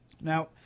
Now